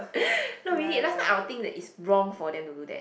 no really last time I will think that it's wrong for them to do that